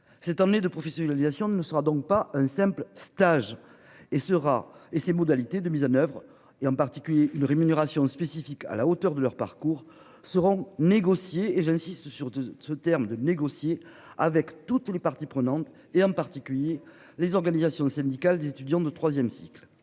cette année de professionnalisation ne sera donc pas un simple stage et sera et ses modalités de mise en oeuvre et en particulier une rémunération spécifique à la hauteur de leur parcours seront négociés, et j'insiste sur ce terme de négocier avec toutes les parties prenantes et en particulier les organisations syndicales des étudiants de 3ème cycle.--